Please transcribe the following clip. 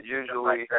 usually